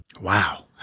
Wow